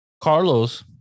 Carlos